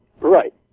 Right